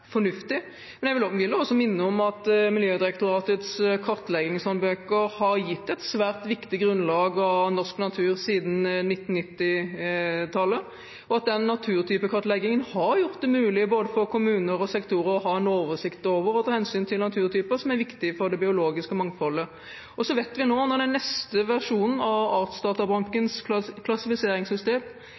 Men jeg vil også minne om at Miljødirektoratets kartleggingshåndbøker har gitt et svært viktig grunnlag for norsk natur siden 1990-tallet. Og den naturtypekartleggingen har gjort det mulig, for både kommuner og sektorer, å ha en oversikt over og ta hensyn til naturtyper, som er viktig for det biologiske mangfoldet. Vi vet også at når den neste versjonen av Artsdatabankens klassifiseringssystem,